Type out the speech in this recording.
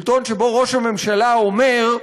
שלטון שבו ראש הממשלה אומר: